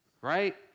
right